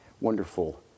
wonderful